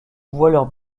voient